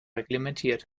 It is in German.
reglementiert